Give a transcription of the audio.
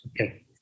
Okay